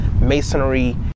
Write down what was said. masonry